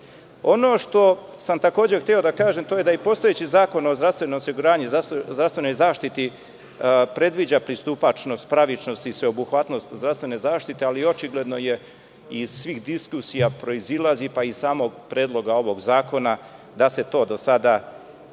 što sam takođe hteo da kažem, to je da i postojeći Zakon o zdravstvenom osiguranju i zdravstvenoj zaštiti predviđa pristupačnost, pravičnost i sveobuhvatnost zdravstvene zaštite, ali očigledno je i svih diskusija proizilazi, pa i iz samog Predloga ovog zakona da se to do sada nije